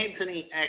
Anthony